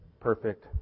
perfect